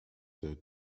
der